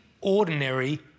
ordinary